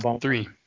three